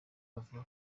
avuga